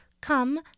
come